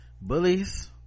bullies